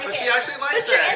she actually likes it.